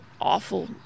awful